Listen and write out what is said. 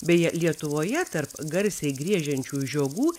beje lietuvoje tarp garsiai griežiančių žiogų